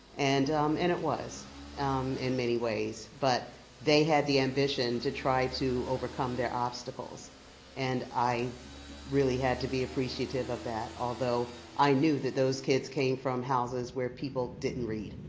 and um and it was in many ways. but they had the ambition to try to overcome their obstacles and i really had to be appreciative of that although i knew that those kids came from houses where people didn't read.